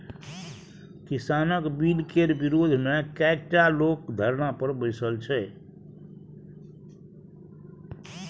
किसानक बिलकेर विरोधमे कैकटा लोग धरना पर बैसल छै